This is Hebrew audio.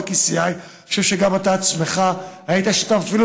לא רק ECI. אני חושב שאפילו אתה בעצמך היית שותף,